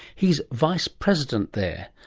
he's vice-president there.